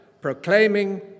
proclaiming